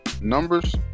Numbers